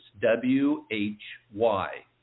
W-H-Y